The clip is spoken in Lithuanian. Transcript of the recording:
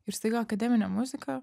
ir staiga akademinė muzika